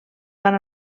van